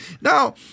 Now